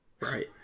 Right